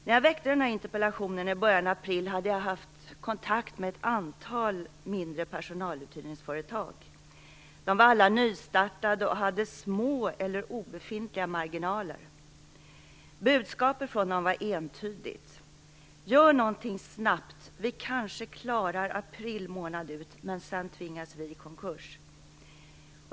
När jag väckte den här interpellationen i början av april hade jag haft kontakt med ett antal mindre personaluthyrningsföretag. De var alla nystartade och hade små eller obefintliga marginaler. Budskapet från dem var entydigt: Gör någonting snabbt. Vi kanske klarar april månad ut, men sedan tvingas vi i konkurs.